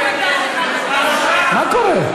מה קורה?